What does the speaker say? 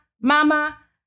mama